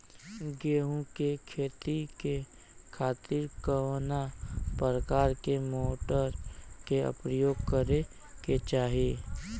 गेहूँ के खेती के खातिर कवना प्रकार के मोटर के प्रयोग करे के चाही?